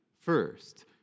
first